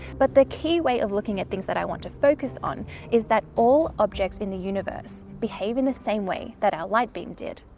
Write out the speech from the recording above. but the key way of looking at things that i want to focus on is that all objects in the universe behave in the same way that our light beam did.